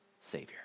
Savior